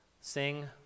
sing